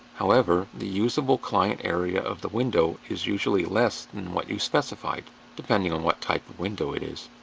however, the usable client area of the window is usually less than what you specified depending on what type of window it is.